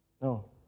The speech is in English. No